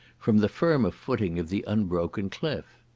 from the firmer footing of the unbroken cliff.